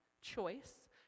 choice